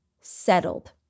settled